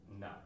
No